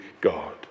God